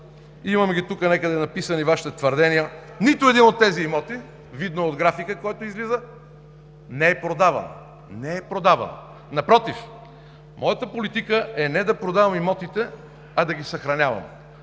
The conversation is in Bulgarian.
– имам ги тук някъде написани Вашите твърдения, нито един от тези имоти, видно от графика, който излиза, не е продаван. Не е продаван! Напротив, моята политика е не да продавам имотите, а да ги съхранявам,